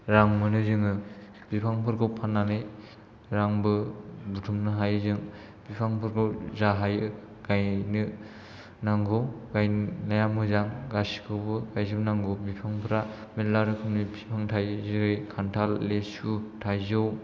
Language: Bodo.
रां मोनो जोङो बिफांफोरखौ फाननानै रांबो बुथुमनो हायो जों बिफांफोरखौ जा हायो गायनो नांगौ गायनाया मोजां गासिखौबो गायजोब नांगौ बिफांफ्रा मेरला रोखोमनि बिफां थायो जेरै खान्थाल लेसु थाइजौ